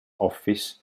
office